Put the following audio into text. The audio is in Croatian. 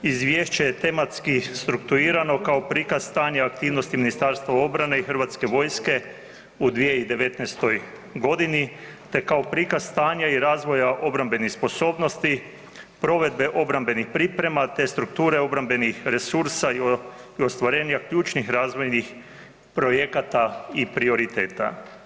Izvješće je tematski struktuirano kao prikaz stanja aktivnosti Ministarstva obrane i HV-a u 2019.g., te kao prikaz stanja i razvoja obrambenih sposobnosti, provedbe obrambenih priprema, te strukture obrambenih resursa i ostvarenja ključnih razvojnih projekata i prioriteta.